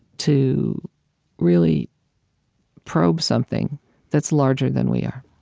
to really probe something that's larger than we are?